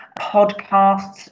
podcasts